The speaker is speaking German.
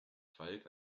falk